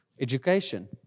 Education